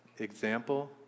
example